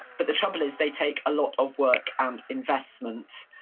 but the trouble is, they take a lot of work and investment.